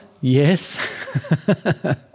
yes